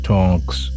Talks